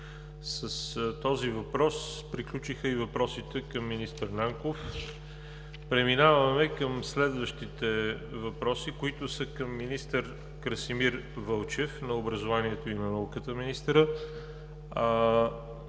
С този въпрос приключиха и въпросите към министър Нанков. Преминаваме към следващите въпроси, които са към министъра на образованието и науката Красимир